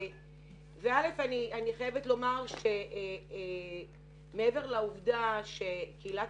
אני חייבת לומר שמעבר לעובדה שקהילת